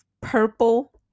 purple